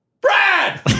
Brad